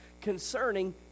concerning